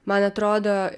man atrodo